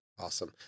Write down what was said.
Awesome